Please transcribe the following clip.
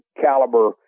caliber